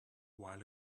while